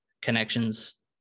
connections